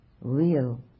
real